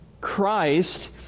Christ